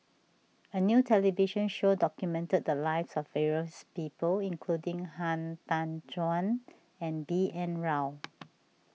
a new television show documented the lives of various people including Han Tan Juan and B N Rao